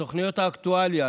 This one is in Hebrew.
תוכניות האקטואליה,